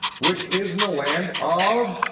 which is in the land of,